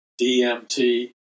DMT